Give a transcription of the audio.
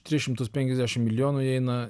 tris šimtus penkiasdešim milijonų įeina